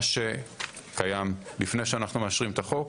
מה שקיים לפני שאנחנו מאשרים את החוק,